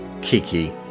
kiki